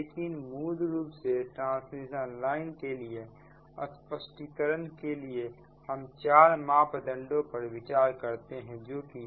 लेकिन मूल रूप से ट्रांसमिशन लाइन के लिए स्पष्टीकरण के लिए हम चार मापदंडों पर विचार करते हैंजो कि